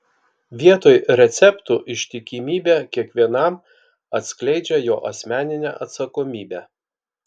vietoj receptų ištikimybė kiekvienam atskleidžia jo asmeninę atsakomybę